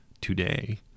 today